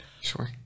Sure